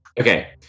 Okay